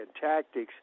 tactics